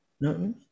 No